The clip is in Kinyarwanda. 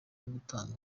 gutanga